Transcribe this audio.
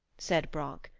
said brock,